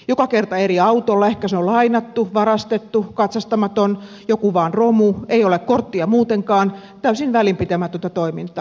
joka kerta eri autolla ehkä se on lainattu varastettu katsastamaton joku romu vain ei ole korttia muutenkaan täysin välinpitämätöntä toimintaa